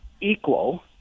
equal